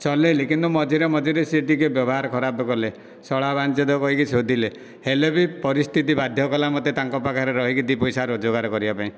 ଚଲାଇଲି କିନ୍ତୁ ମଝିରେ ମଝିରେ ସେ ଟିକେ ବ୍ୟବହାର ଖରାପ କଲେ ଶଳା ବଂଚିତ୍ୟ କହିକି ଶୋଧିଲେ ହେଲେ ବି ପରିସ୍ଥିତି ବାଧ୍ୟ କଲା ମୋତେ ତାଙ୍କ ପାଖରେ ରହିକି ଦୁଇ ପଇସା ରୋଜଗାର କରିବା ପାଇଁ